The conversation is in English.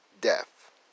death